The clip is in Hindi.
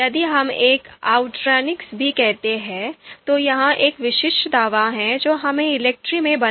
यदि हम एक आउट्रॉन्क्स बी कहते हैं तो यह एक विशिष्ट दावा है जो हम इलेक्ट्री में बनाते हैं कि एक outranking बी